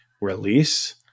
release